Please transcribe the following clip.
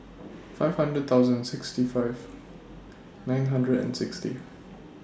five hundred thousand sixty five nine hundred and sixty